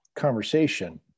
conversation